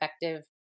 effective